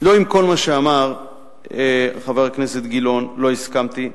לא עם כל מה שאמר חבר הכנסת גילאון לא הסכמתי.